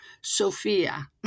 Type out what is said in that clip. Sophia